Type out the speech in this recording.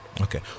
Okay